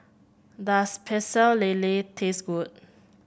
does Pecel Lele taste good